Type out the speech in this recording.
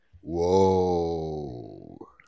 whoa